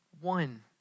one